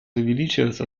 увеличиваться